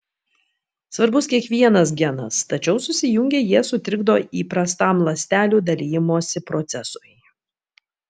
svarbus kiekvienas genas tačiau susijungę jie sutrikdo įprastam ląstelių dalijimosi procesui